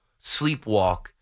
sleepwalk